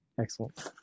Excellent